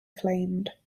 flamed